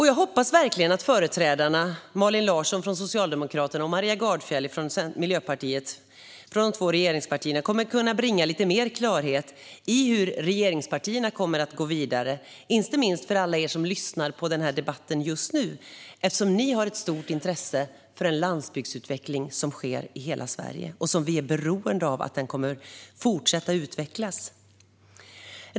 Jag hoppas verkligen att företrädarna för de två regeringspartierna - Malin Larsson från Socialdemokraterna och Maria Gardfjell från Miljöpartiet - kommer att kunna bringa lite mer klarhet i hur regeringspartierna kommer att gå vidare, inte minst för alla er som just nu lyssnar på den här debatten. Ni har ju ett stort intresse av landsbygdsutveckling i hela Sverige. Och vi är beroende av att landsbygden fortsätter att utvecklas.